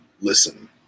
listen